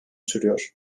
sürüyor